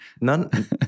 none